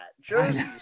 Jerseys